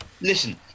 Listen